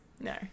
No